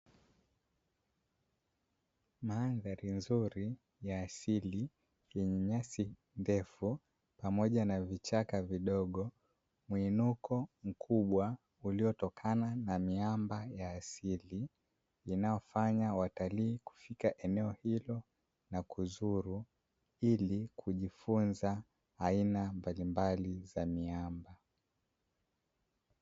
Mandhari nzuri ya asili yenye nyasi pamoja na majani madogo, muinuko mkubwa uliotokana na miamba ya asili inayofanya watalii kufika kwenye eneo hilo na kuzuru ilikujifunza aina mbalimbali za miamba.